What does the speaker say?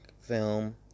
film